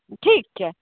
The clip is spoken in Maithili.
ठीक छै